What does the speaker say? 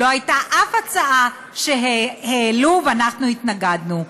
לא הייתה אף הצעה שהעלו והתנגדנו.